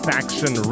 Faction